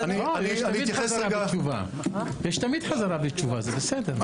יש תמיד חזרה בתשובה, זה בסדר.